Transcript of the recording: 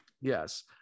Yes